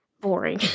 boring